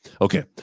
Okay